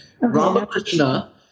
Ramakrishna